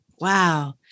Wow